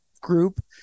group